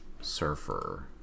Surfer